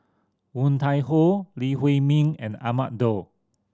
Woon Tai Ho Lee Huei Min and Ahmad Daud